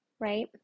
right